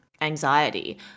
anxiety